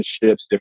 different